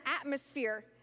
atmosphere